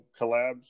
collabs